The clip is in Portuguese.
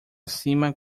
cima